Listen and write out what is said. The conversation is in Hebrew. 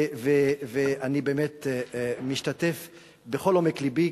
אני באמת משתתף בכל עומק לבי.